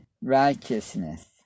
righteousness